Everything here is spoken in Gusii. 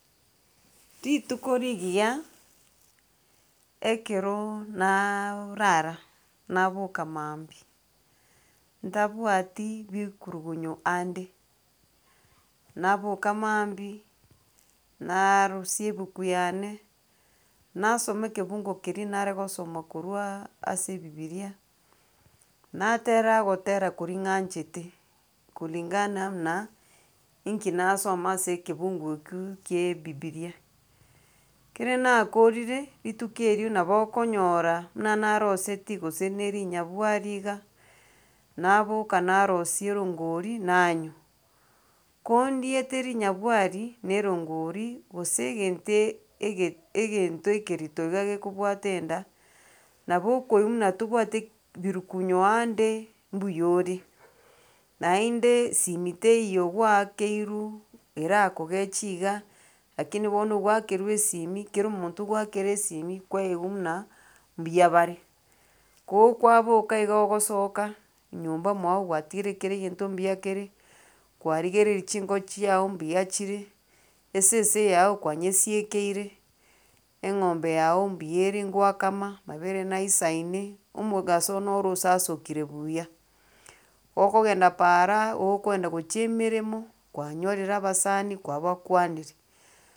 Rituko rigiya ekero naaarara naboka mambia ntabwati bikorogonyo ande, naboka mambia naarusia ebuku yane, nasoma ekebungo keria nare gosoma korwa ase ebibiria, natera ogotera koria ng'anchete kulingana na inki nasoma ase ekebungu ekio kie bibiria. Kere nakorire rituko erio nabo okonyora muna narosetie gose na erinyabwari iga, naboka narosia erongori nanywa. Kondiete rinyabwari na erongori gose egente ege egento ekerito iga gekobwata enda, nabo okoigwa muna tobwati birukunyo ande mbuyore. Naende simi teiyo gwaakeirwu, erakogechie iga, lakini bono ogwakerwa esimi kero omonto ogoakera esimi kwaigwa muna mbuya bare ko kwaboka igo ogosoka nyomba mwago gwatigire kera egento mbuya kere, kwarigereire chinko chiago mbuya chire, esese yago kwanyesiekeire, eng'ombe yago mbuyere ngwakama mabere naisaine, omogaso noro osasokire buya, gokogenda paara ookoenda gochia emeremo kwanyorire abasani kwabakwanire.